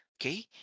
Okay